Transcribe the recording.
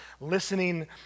listening